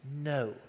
No